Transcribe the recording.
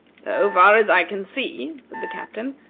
so far as i can see, said the captain,